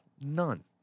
none